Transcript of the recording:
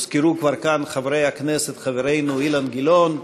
הוזכרו כבר כאן חברי הכנסת חברינו אילן גילאון,